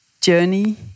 journey